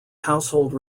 household